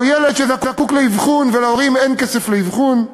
או ילד שזקוק לאבחון ולהורים אין כסף לאבחון,